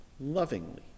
lovingly